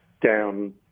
down